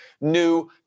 new